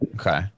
Okay